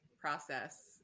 process